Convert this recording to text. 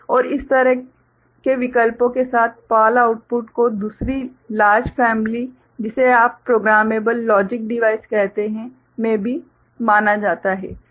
और इस तरह के विकल्पों के साथ PAL आउटपुट को दूसरी लार्ज फ़ैमिली जिसे आप प्रोग्रामेबल लॉजिक डिवाइस कहते हैं में भी माना जाता है